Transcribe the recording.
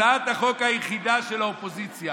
הצעת החוק היחידה של האופוזיציה